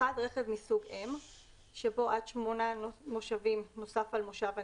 (1) רכב מסוג M שבו עד שמונה מושבים נוסף על מושב הנהג,